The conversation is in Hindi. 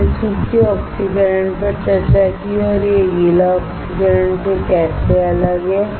हमने सूखे ऑक्सीकरण पर चर्चा की और यह गीले ऑक्सीकरण से कैसे अलग है